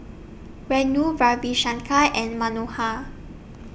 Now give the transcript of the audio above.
Renu Ravi Shankar and Manohar